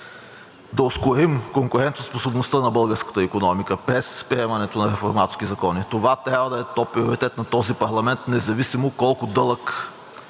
Да ускорим конкурентоспособността на българската икономика през приемането на реформаторски закони – това трябва да е топприоритет на този парламент, независимо колко дълъг